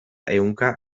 ehunka